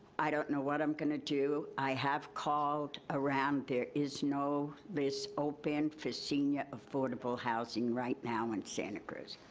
i don't know what i'm gonna do. i have called around there is no, open open for senior affordable housing right now in santa cruz.